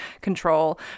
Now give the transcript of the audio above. control